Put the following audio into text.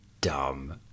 Dumb